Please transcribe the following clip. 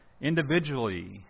individually